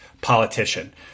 politician